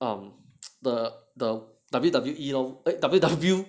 um the the W_W_E lor W_W~